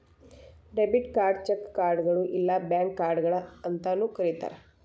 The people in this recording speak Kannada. ಡೆಬಿಟ್ ಕಾರ್ಡ್ನ ಚೆಕ್ ಕಾರ್ಡ್ಗಳು ಇಲ್ಲಾ ಬ್ಯಾಂಕ್ ಕಾರ್ಡ್ಗಳ ಅಂತಾನೂ ಕರಿತಾರ